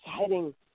exciting